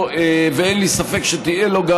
ואין לי ספק שתהיה לו,